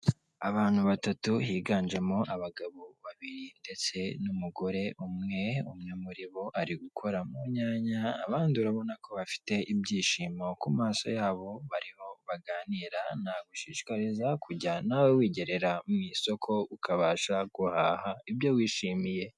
Abantu batatu higanjemo abagabo babiri ndetse n'umugore umwe, umwe muri bo ari gukora mu nyanya abandi urabona ko bafite ibyishimo ku maso yabo barimo baganira, na gushishikariza kujya nawe wigerera mu isoko ukabasha guhaha ibyo wishimiye.